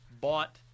bought